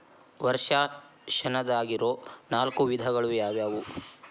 ವರ್ಷಾಶನದಾಗಿರೊ ನಾಲ್ಕು ವಿಧಗಳು ಯಾವ್ಯಾವು?